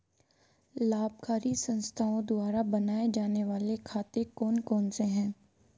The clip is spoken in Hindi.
अलाभकारी संस्थाओं द्वारा बनाए जाने वाले खाते कौन कौनसे हैं?